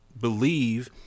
believe